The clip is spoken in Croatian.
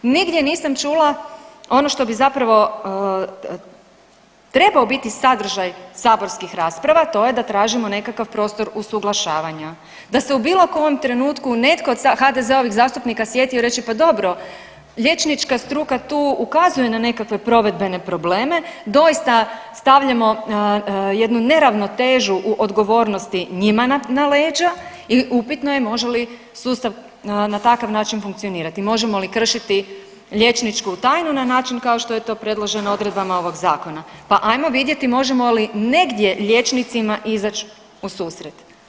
Nigdje nisam čula ono što bi zapravo trebao biti sadržaj saborskih rasprava, a to je da tražimo nekakav prostor usuglašavanja, da se u bilo kojem trenutku netko od HDZ-ovih zastupnika sjetio reći pa dobro liječnika struka tu ukazuje na nekakve provedbene probleme, doista stavljamo jednu neravnotežu u odgovornosti njima na leđa i upitno je može li sustav na takav način funkcionirati, možemo li kršiti liječničku tajnu na način kao što je predloženo odredbama ovog zakona, pa ajmo vidjeti možemo li negdje liječnicima izaći u susret.